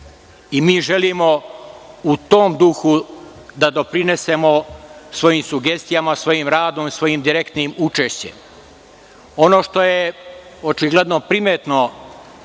Mi želimo u tom duhu da doprinesemo svojim sugestijama, svojim radom, svojim direktnim učešćem. Ono što je očigledno primetno,